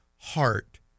heart